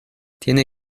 tiene